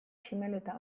tximeleta